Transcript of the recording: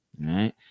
right